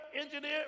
engineer